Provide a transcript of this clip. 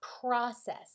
process